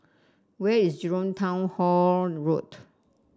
where is Jurong Town Hall Road